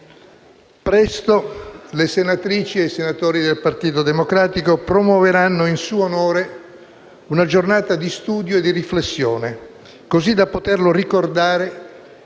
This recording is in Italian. Presto le senatrici e i senatori del Partito Democratico promuoveranno in suo onore una giornata di studio e di riflessione, così da poterlo ricordare